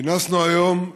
כינסנו היום,